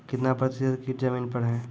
कितना प्रतिसत कीट जमीन पर हैं?